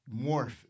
morph